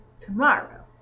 tomorrow